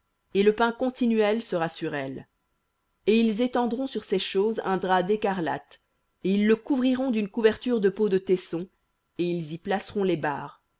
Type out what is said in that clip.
et le pain continuel sera sur elle et ils étendront sur ces choses un drap d'écarlate et ils le couvriront d'une couverture de peaux de taissons et ils y placeront les barres